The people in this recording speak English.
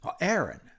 Aaron